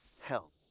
hell